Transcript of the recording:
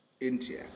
India